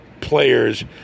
players